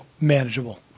manageable